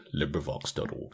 LibriVox.org